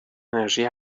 انرژی